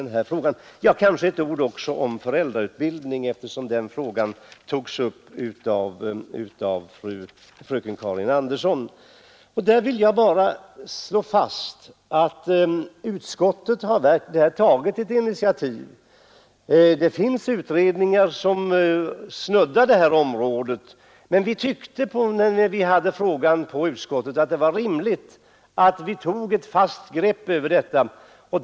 Några ord också om föräldrautbildning, eftersom den frågan togs upp av fröken Andersson i Stockholm. Jag vill slå fast att utskottet här har tagit ett initiativ. Det finns utredningar som snuddar vid det här området, men vi tyckte när vi behandlade frågan i utskottet att det var rimligt att ta ett fast grepp över detta.